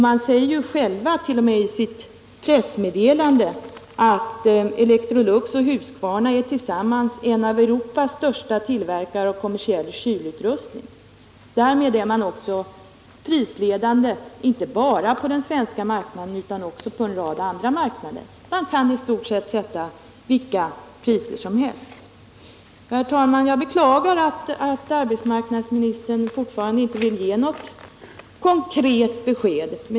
Man säger t.o.m. själv i sitt pressmeddelande att Electrolux och Husqvarna tillsammans är en av Europas största tillverkare av kommersiell kylutrustning. Därmed är man också prisledande inte bara på den svenska marknaden utan också på en rad andra marknader och kan i stort sett sätta vilka priser som helst. Herr talman! Jag beklagar att arbetsmarknadsministern fortfarande inte vill ge något konkret besked.